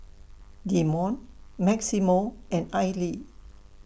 Demond Maximo and Aili